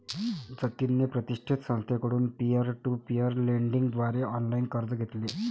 जतिनने प्रतिष्ठित संस्थेकडून पीअर टू पीअर लेंडिंग द्वारे ऑनलाइन कर्ज घेतले